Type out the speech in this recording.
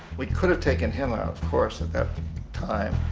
we could have take and him out of course at that time,